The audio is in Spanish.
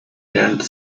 real